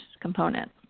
component